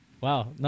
Wow